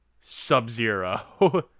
sub-zero